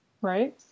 Right